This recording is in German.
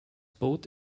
boot